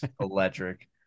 electric